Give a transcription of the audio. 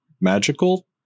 magical